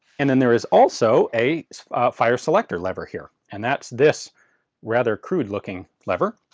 and then there is also a fire selector lever here. and that's this rather crude looking lever.